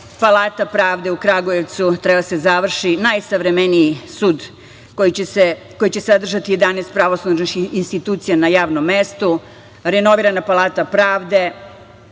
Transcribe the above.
palata pravde u Kragujevcu, treba da se završi najsavremeniji sud koji će sadržati 11 pravosudnih institucija na jednom mestu, renovirana palata pravde,